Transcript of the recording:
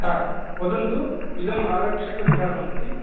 वदन्तु इदम् आरक्षकस्थानमस्ति